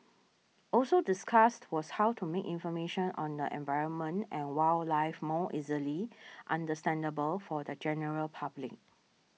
also discussed was how to make information on the environment and wildlife more easily understandable for the general public